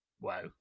Wow